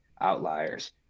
outliers